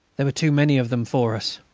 there were too many of them for us.